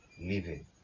living